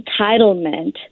entitlement